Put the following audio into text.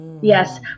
Yes